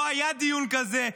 לא היה דיון כזה,